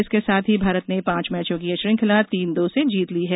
इसके साथ ही भारत ने पांच मैचों की यह श्रृंखला तीन दो से जीत ली है